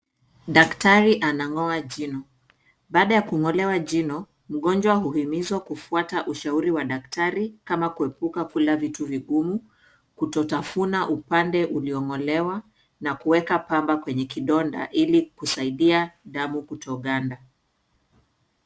Daktari anang'oa jino. Baada ya kung'olewa jino mgonjwa huimizwa kufuata ushauri wa daktari kama kuhepuka kula vitu vigumu, kutotafuna upande uliong'olewa na kuweka pamba kwenye kidonda ili kusaidia damu kutoganda.